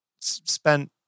spent